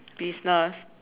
business